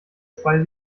zwei